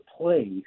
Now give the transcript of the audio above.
place